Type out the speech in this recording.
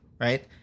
right